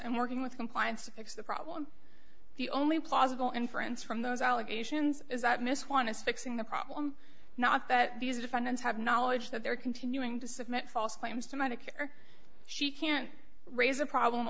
and working with compliance to fix the problem the only possible inference from those allegations is that miss one is fixing the problem not that these defendants have knowledge that they're continuing to submit false claims to medicare she can raise a problem